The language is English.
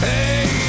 Hey